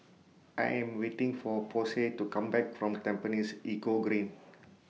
I Am waiting For Posey to Come Back from Tampines Eco Green